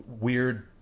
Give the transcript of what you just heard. weird